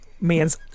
man's